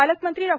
पालकमंत्री डॉ